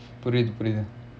புரிது புரிது:purithu purithu